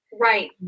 right